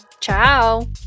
Ciao